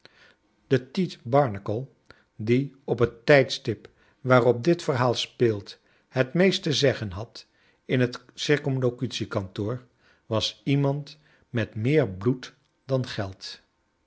de tite barnacle die op het tijdstip waarop dit verhaal speelt het meest te zeggen had in het c k was iemand met meer bloed dan geld